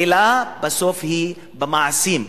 אלא בסוף היא במעשים,